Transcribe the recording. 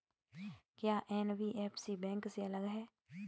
क्या NBFC bank से अलग है?